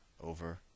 over